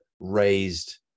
raised